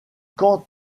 quand